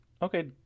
Okay